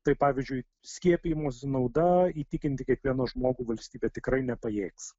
tai pavyzdžiui skiepijimosi nauda įtikinti kiekvieną žmogų valstybė tikrai nepajėgs